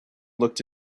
looked